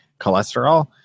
cholesterol